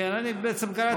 כן, אני בעצם קראתי.